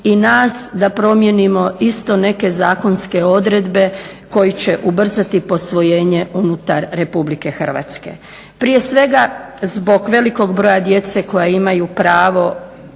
i nas da promijenimo isto neke zakonske odredbe koji će ubrzati posvojenje unutar Republike Hrvatske prije svega zbog velikog broja djece koja imaju pravo